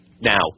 Now